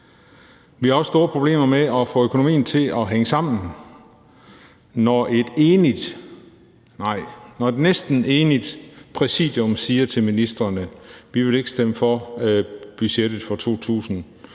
Vi har også store problemer med at få økonomien til at hænge sammen. Når et næsten enigt præsidium siger til ministrene, at de ikke vil stemme for budgettet for 2022,